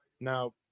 Now